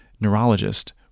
neurologist